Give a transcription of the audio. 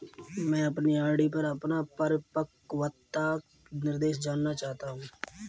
मैं अपनी आर.डी पर अपना परिपक्वता निर्देश जानना चाहता हूँ